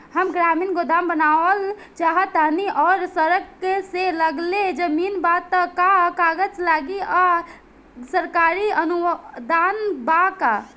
हम ग्रामीण गोदाम बनावल चाहतानी और सड़क से लगले जमीन बा त का कागज लागी आ सरकारी अनुदान बा का?